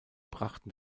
brachten